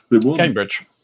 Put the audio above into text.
Cambridge